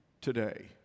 today